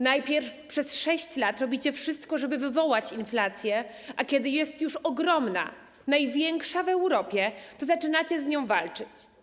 Najpierw przez 6 lat robicie wszystko, żeby wywołać inflację, a kiedy inflacja już jest ogromna, największa w Europie, to zaczynacie z nią walczyć.